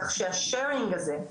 כך sharing הזה,